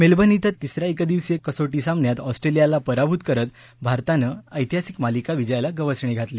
Melbourne श्वे झालेल्या तिस या एकदिवसीय क्रिकेट सामन्यात ऑस्ट्रेलियाला पराभूत करत भारतानं ऐतिहासिक मालिका विजयाला गवसणी घातली